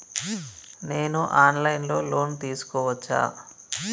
నేను online లో loan తీసుకోవచ్చా?